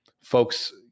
folks